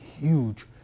huge